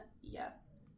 yes